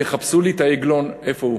תחפשו לי את העגלון, איפה הוא.